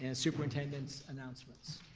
and superintendent's announcements.